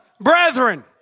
brethren